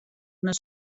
una